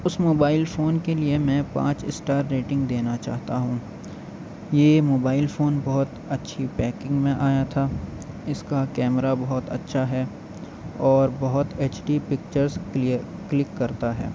اس mobile phone کے لیے میں پانچ اسٹار ریٹنگ دینا چاہتا ہوں یہ موبائل فون بہت اچھی پیکنگ میں آیا تھا اس کا کیمرا بہت اچھا ہے اور بہت H D pictures clear click کرتا ہے